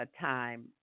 time